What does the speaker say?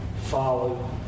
follow